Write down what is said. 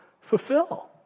Fulfill